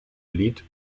lied